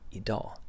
idag